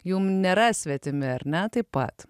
jum nėra svetimi ar ne taip pat